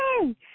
Hey